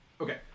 okay